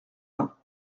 bains